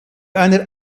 einer